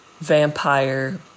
vampire